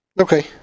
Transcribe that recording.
Okay